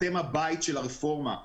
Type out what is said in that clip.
אתם הבית של הרפורמה.